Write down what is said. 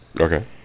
Okay